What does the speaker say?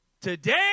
Today